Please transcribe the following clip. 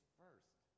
first